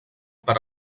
per